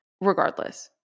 regardless